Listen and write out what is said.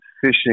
fishing